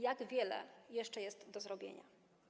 Jak wiele jeszcze jest do zrobienia?